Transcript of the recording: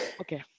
Okay